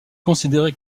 considéré